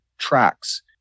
tracks